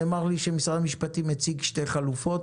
נאמר לי שמשרד המשפטים מציג שתי חלופות.